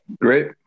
Great